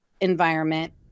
environment